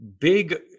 big